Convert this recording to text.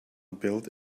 build